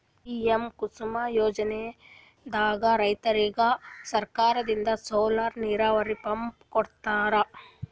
PM Kusum ಯೋಜನೆದಾಗ್ ರೈತರಿಗ್ ಸರ್ಕಾರದಿಂದ್ ಸೋಲಾರ್ ನೀರಾವರಿ ಪಂಪ್ ಕೊಡ್ತಾರ